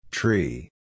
Tree